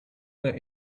their